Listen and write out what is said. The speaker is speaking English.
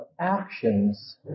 actions